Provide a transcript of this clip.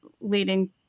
leading